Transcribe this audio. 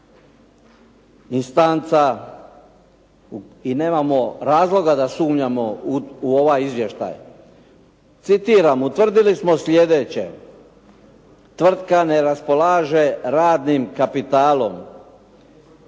instanca i nemamo razloga da sumnjamo u ovaj izvještaj. Citiram: Utvrdili smo sljedeće: Tvrtka ne raspolaže radnim kapitalom.